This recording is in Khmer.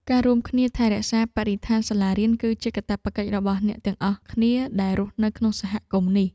ការរួមគ្នាថែរក្សាបរិស្ថានសាលារៀន គឺជាកាតព្វកិច្ចរបស់អ្នកទាំងអស់គ្នាដែលរស់នៅក្នុងសហគមន៍នេះ។